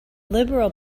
liberal